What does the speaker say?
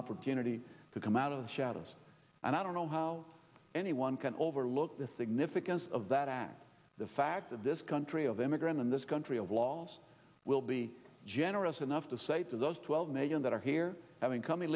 opportunity to come out of the shadows and i don't know how anyone can overlook the significance of that act the fact that this country of immigrant in this country of laws will be generous enough to say to those twelve million that are here having com